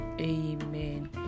Amen